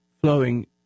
flowing